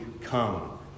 come